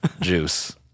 juice